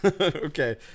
Okay